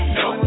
no